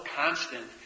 constant